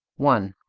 one.